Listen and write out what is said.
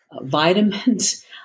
vitamins